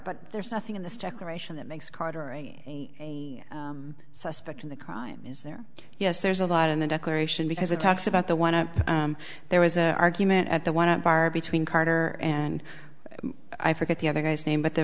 but there's nothing in this declaration that makes carter a suspect in the crime is there yes there's a lot in the declaration because it talks about the one up there was an argument at the one bar between carter and i forget the other guy's name but the